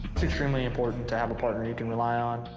it's extremely important to have a partner you can rely on.